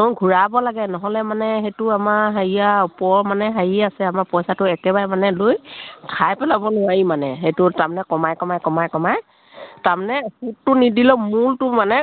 অঁ ঘূৰাব লাগে নহ'লে মানে সেইটো আমাৰ হেৰিয়া ওপৰ মানে হেৰি আছে আমাৰ পইচাটো একেবাৰে মানে লৈ খাই পেলাব নোৱাৰি মানে সেইটো তাৰমানে কমাই কমাই কমাই কমাই তাৰমানে সুতটো নিদিলে মূলটো মানে